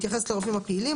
מתייחס לרופאים הפעילים,